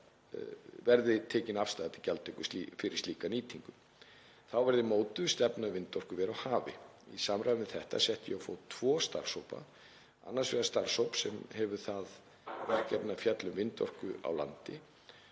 verði tekin afstaða til gjaldtöku fyrir slíka nýtingu. Þá verði mótuð stefna um vindorkuver á hafi. Í samræmi við þetta setti ég á fót tvo starfshópa, annars vegar starfshóp sem hefur það verkefni að fjalla um vindorku á landi